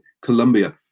Colombia